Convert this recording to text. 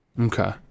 Okay